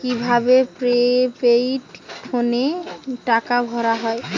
কি ভাবে প্রিপেইড ফোনে টাকা ভরা হয়?